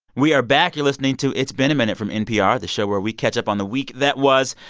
we are back. you're listening to it's been a minute from npr, the show where we catch up on the week that was.